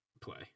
play